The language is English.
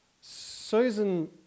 Susan